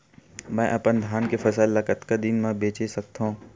मैं अपन धान के फसल ल कतका दिन म बेच सकथो?